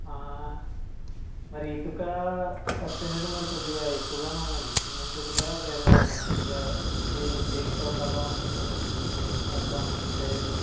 మరి ఇటుకా ఖర్చు అనేది మరి కొద్దిగా ఎక్కువగానే ఉందండి సిమెంట్ ఇటుకా లేదా మట్టి ఇటుకా ఏ దేనితో కడదాం అనుకుంటున్నారండి కడదాం అని ఫిక్స్ అయ్యారు